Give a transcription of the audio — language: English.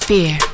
Fear